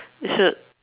you should